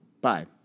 Bye